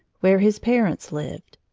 where his parents lived.